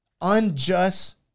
unjust